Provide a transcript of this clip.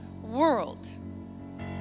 world